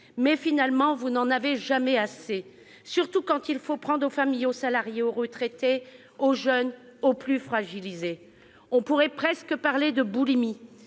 mais finalement vous n'en avez jamais assez, surtout quand il faut prendre aux familles, aux salariés, aux retraités, aux jeunes et aux plus fragilisés. On pourrait parler de boulimie